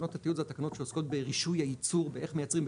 תקנות התיעוד אלו תקנות העוסקות ברישוי הייצור ואיך מייצרים,